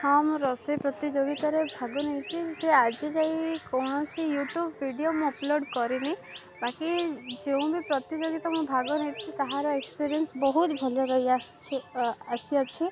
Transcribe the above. ହଁ ମୁଁ ରୋଷେଇ ପ୍ରତିଯୋଗିତାରେ ଭାଗ ନେଇଛି ଯେ ଆଜି ଯାଏ କୌଣସି ୟୁଟ୍ୟୁବ ଭିଡ଼ିଓ ମୁଁ ଅପଲୋଡ଼ କରିନି ବାକି ଯେଉଁ ବି ପ୍ରତିଯୋଗିତା ମୁଁ ଭାଗ ନେଇଥିଲି ତାହାର ଏକ୍ସପିରିଏନ୍ସ ବହୁତ ଭଲ ରହିଆସୁଛି ଆସିଅଛି